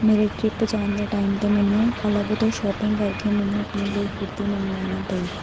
ਮੇਰੇ ਟ੍ਰਿੱਪ ਜਾਣ ਦੇ ਟਾਈਮ 'ਤੇ ਮੈਨੂੰ ਅਲੱਗ ਤੋਂ ਸ਼ੋਪਿੰਗ ਕਰਕੇ ਮੈਨੂੰ ਆਪਣੇ ਲਈ ਕੁੜਤੀ ਮੰਗਵਾਉਣਾ ਪਈ